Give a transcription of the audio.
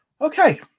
okay